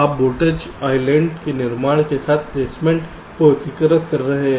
आप voltage islands के निर्माण के साथ प्लेसमेंट को एकीकृत कर रहे हैं